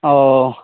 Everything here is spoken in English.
oh